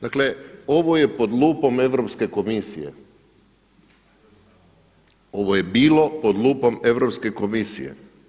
Dakle ovo je pod lupom Europske komisije, ovo je bilo pod lupom Europske komisije.